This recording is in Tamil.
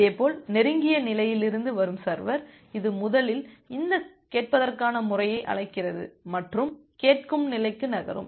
இதேபோல் நெருங்கிய நிலையிலிருந்து வரும் சர்வர் இது முதலில் இந்த கேட்பதற்கான முறையை அழைக்கிறது மற்றும் கேட்கும் நிலைக்கு நகரும்